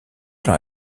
dans